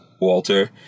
Walter